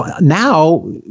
now